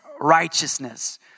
righteousness